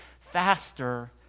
faster